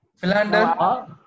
Philander